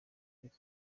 ariko